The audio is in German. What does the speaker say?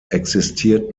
existiert